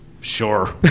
Sure